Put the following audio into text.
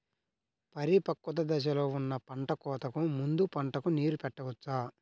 పరిపక్వత దశలో ఉన్న పంట కోతకు ముందు పంటకు నీరు పెట్టవచ్చా?